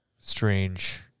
strange